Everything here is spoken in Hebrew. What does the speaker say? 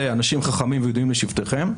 זה אנשים חכמים וידעים לשבטיכם.